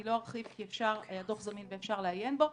אני לא ארחיב כי הדוח זמין ואפשר לעיין בו,